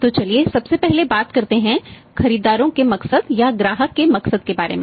तो चलिए सबसे पहले बात करते हैं खरीदारों के मकसद या ग्राहक के मकसद के बारे में